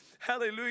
Hallelujah